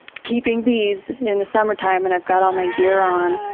keeping bees in the summertime and i've got all my gear on.